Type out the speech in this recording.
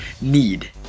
Need